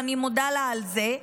ואני מודה לה על זה.